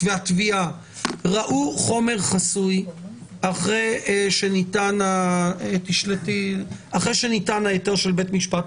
והתביעה ראו חומר חסוי אחרי שניתן ההיתר של בית המשפט,